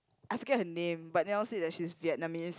I forget her name but Niel said that she's Vietnamese